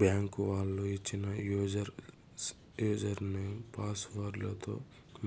bank వాళ్ళు ఇచ్చిన user name, password లతో